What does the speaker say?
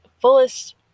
fullest